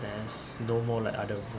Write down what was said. there's no more like other